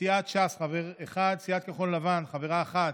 סיעת ש"ס, חבר אחד, סיעת כחול לבן, חברה אחת,